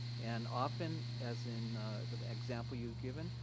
and often, as in the example you've given,